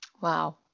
Wow